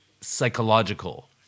psychological